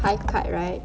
high cut right